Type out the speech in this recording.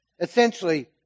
Essentially